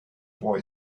boy